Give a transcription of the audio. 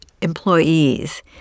employees